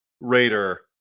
Raider